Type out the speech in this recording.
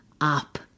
up